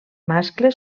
mascle